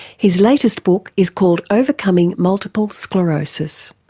his latest book is called overcoming multiple sclerosis.